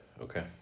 Okay